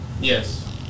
Yes